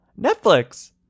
Netflix